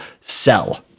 sell